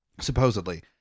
supposedly